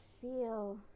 feel